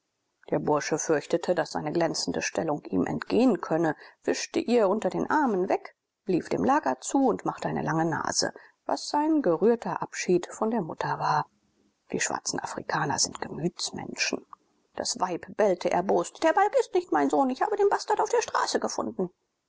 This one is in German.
der bursche fürchtete daß seine glänzende stellung ihm entgehen könne wischte ihr unter den armen weg lief dem lager zu und machte eine lange nase was sein gerührter abschied von der mutter war die schwarzen afrikaner sind gemütsmenschen das weib bellte erbost der balg ist nicht mein sohn ich habe den bastard auf der straße gefunden